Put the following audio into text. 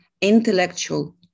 intellectual